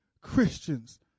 Christians